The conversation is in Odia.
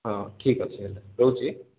ହଁ ଠିକ୍ ଅଛି ହେଲେ ରହୁଛି